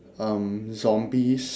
um zombies